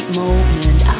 moment